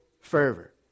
fervor